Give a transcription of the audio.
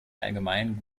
allgemein